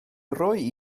roi